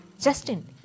Justin